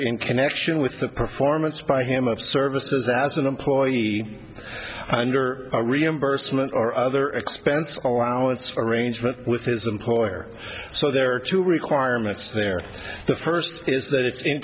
in connection with the performance by him of services as an employee under a reimbursement or other expense or allowance for arrangement with his employer so there are two requirements there the first is that i